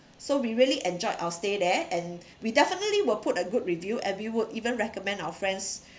so we really enjoyed our stay there and we definitely will put a good review and we would even recommend our friends